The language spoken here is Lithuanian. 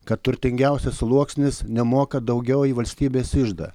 kad turtingiausias sluoksnis nemoka daugiau į valstybės iždą